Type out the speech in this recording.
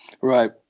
Right